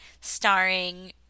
starring